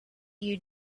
you